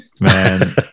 man